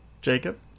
Jacob